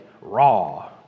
raw